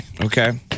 Okay